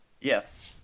Yes